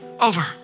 over